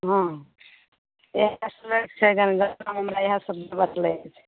हँ जनगणनामे हमरा इएह सब बतलै के छै